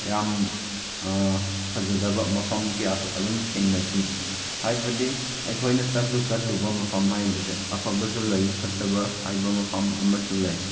ꯌꯥꯝ ꯐꯖꯗꯕ ꯃꯐꯝ ꯀꯌꯥꯁꯨ ꯑꯗꯨꯝ ꯊꯦꯡꯅꯈꯤ ꯍꯥꯏꯕꯗꯤ ꯑꯩꯈꯣꯏꯅ ꯆꯠꯂꯨ ꯆꯠꯂꯨꯕ ꯃꯐꯝ ꯍꯥꯏꯕꯁꯦ ꯑꯐꯕꯁꯨ ꯂꯩ ꯐꯠꯇꯕ ꯍꯥꯏꯕ ꯃꯐꯝ ꯑꯃꯁꯨ ꯂꯩ